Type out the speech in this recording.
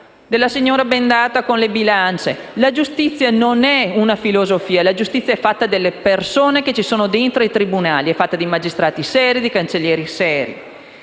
della signora bendata con le bilance, non è una filosofia; la giustizia è fatta dalle persone che sono dentro i tribunali, da magistrati e cancellieri seri.